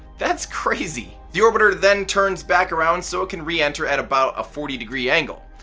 that's crazy. the orbiter then turns back around so it can reenter at about a forty degree angle.